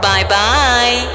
Bye-bye